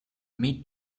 made